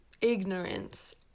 ignorance